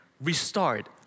restart